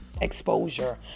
exposure